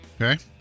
Okay